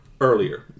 earlier